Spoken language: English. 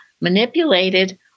manipulated